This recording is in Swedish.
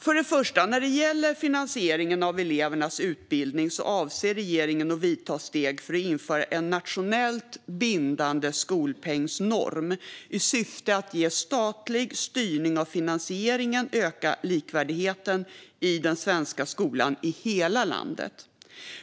För det första: När det gäller finansieringen av elevernas utbildning avser regeringen att vidta steg för att införa en nationellt bindande skolpengsnorm i syfte att genom statlig styrning av finansieringen öka likvärdigheten i den svenska skolan i hela landet.